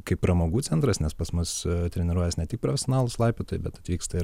kaip pramogų centras nes pas mus treniruojas ne tik profesionalūs laipiotojai bet atvyksta ir